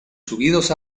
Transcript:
subidos